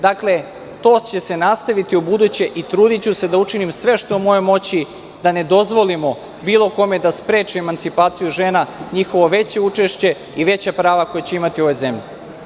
Dakle, to će se nastaviti i ubuduće i trudiću se da učinim sve što je u mojoj moći da ne dozvolimo bilo kome da spreči emancipaciju žena, njihovo veće učešće i veća prava koja će imati u ovoj zemlji.